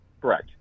Correct